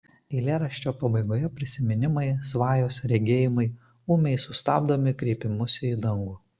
eilėraščio pabaigoje prisiminimai svajos regėjimai ūmai sustabdomi kreipimusi į dangų